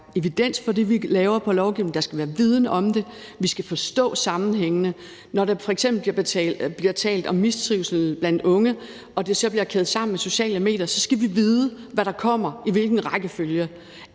være evidens for det, vi laver i lovgivningen, at der skal være viden om det, og at vi skal forstå sammenhængene. Når der f.eks. bliver talt om mistrivsel blandt unge og det så bliver kædet sammen med sociale medier, så skal vi vide, hvad der kommer og i hvilken rækkefølge.